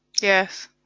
Yes